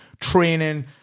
training